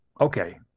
okay